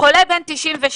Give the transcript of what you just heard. חולה בן 92,